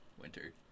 winter